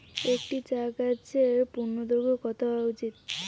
একটি চা গাছের পূর্ণদৈর্ঘ্য কত হওয়া উচিৎ?